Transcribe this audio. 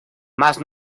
más